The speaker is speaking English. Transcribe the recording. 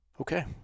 Okay